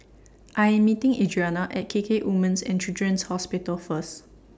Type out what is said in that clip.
I Am meeting Adrianna At K K Women's and Children's Hospital First